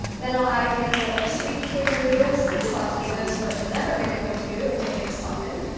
then i'll add a handful of sweet potato noodles, saute those for another minute or two until they have softened,